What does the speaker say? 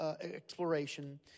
exploration